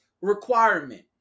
requirement